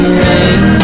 rain